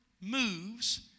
moves